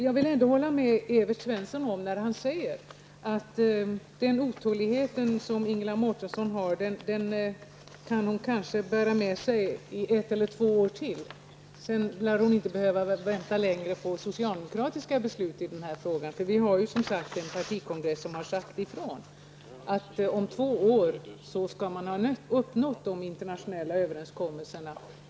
Jag vill ändå hålla med Evert Svensson om att Ingela Mårtensson kanske kan få bära med sig den otålighet hon känner i ett eller två år till, men sedan lär hon inte behöva vänta längre på socialdemokratiska beslut i frågan. Vår partikongress har ju, som sagt, sagt ifrån om att de internationella överenskommelserna på detta område skall ha uppnåtts inom två år.